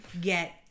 get